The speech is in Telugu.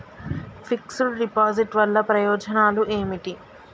ఫిక్స్ డ్ డిపాజిట్ వల్ల ప్రయోజనాలు ఏమిటి?